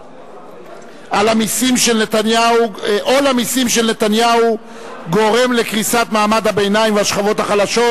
עול המסים של נתניהו גורם לקריסת מעמד הביניים והשכבות החלשות,